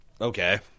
Okay